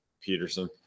Peterson